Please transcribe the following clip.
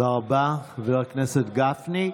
תודה רבה, חבר הכנסת גפני.